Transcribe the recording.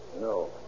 No